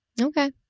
Okay